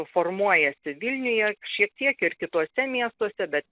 formuojasi vilniuje šiek tiek ir kituose miestuose bet